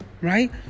Right